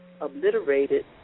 obliterated